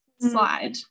slide